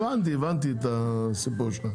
חזרנו.